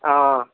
অঁ